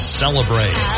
celebrate